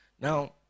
now